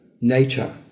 nature